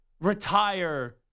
retire